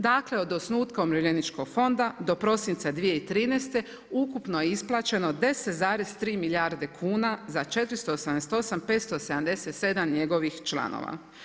Dakle od osnutka Umirovljeničkog fonda do prosinca 2013. ukupno je isplaćeno 10,3 milijarde kuna za 488, 577 njegovih članova.